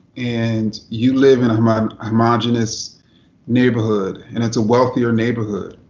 and you live in um um a homogenous neighborhood, and it's a wealthier neighborhood,